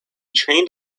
trained